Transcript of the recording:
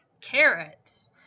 Carrots